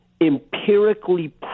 empirically